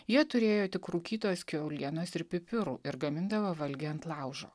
jie turėjo tik rūkytos kiaulienos ir pipirų ir gamindavo valgį ant laužo